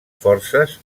forces